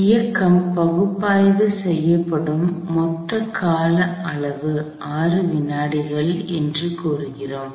இயக்கம் பகுப்பாய்வு செய்யப்படும் மொத்த கால அளவு 9 வினாடிகள் என்று கூறுகிறோம்